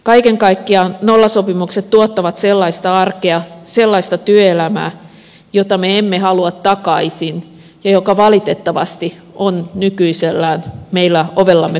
kaiken kaikkiaan nollasopimukset tuottavat sellaista arkea sellaista työelämää jota me emme halua takaisin ja joka valitettavasti on nykyisellään meidän ovellamme kolkuttamassa